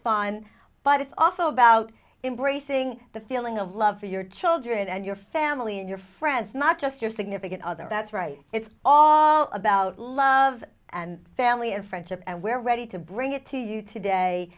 fun but it's also about embracing the feeling of love for your children and your family and your friends not just your significant other that's right it's all about love and family and friendship and we're ready to bring it to you today